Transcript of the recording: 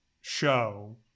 show